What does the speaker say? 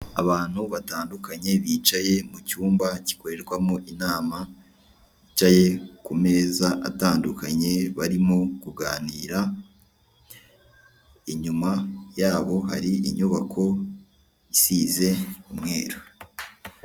Abantu batandukanye bicaye mu cyumba gikorerwamo inama bicaye kumeza atandukanye barimo kuganira inyuma yabo hari inyubako isize umweru.